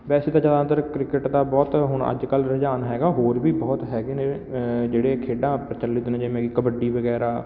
ਵੈਸੇ ਤਾਂ ਜ਼ਿਆਦਾਤਰ ਕ੍ਰਿਕਟ ਦਾ ਬਹੁਤ ਹੁਣ ਅੱਜ ਕੱਲ੍ਹ ਰੁਝਾਨ ਹੈਗਾ ਹੋਰ ਵੀ ਬਹੁਤ ਹੈਗੇ ਨੇ ਜਿਹੜੇ ਖੇਡਾਂ ਪ੍ਰਚਲਿਤ ਨੇ ਜਿਵੇਂ ਕਿ ਕਬੱਡੀ ਵਗੈਰਾ